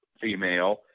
female